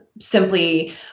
simply